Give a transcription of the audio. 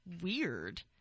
weird